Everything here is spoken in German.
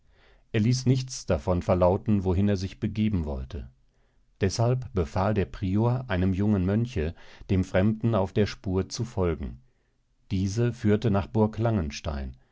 er ließ nichts davon verlauten wohin er sich begeben wollte deshalb befahl der prior einem jungen mönche dem fremden auf der spur zu folgen diese führte nach burg langenstein